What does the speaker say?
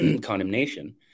condemnation